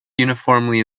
uniformly